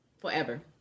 forever